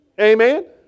amen